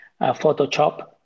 Photoshop